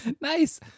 nice